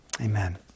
amen